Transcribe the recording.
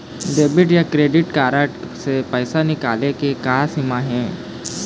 Debit या credit card से पैसा निकाले के का सीमा हे?